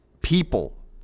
people